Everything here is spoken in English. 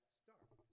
start